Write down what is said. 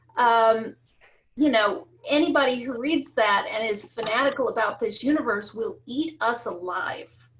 um you know anybody who reads that and is fanatical about this universe will eat us alive.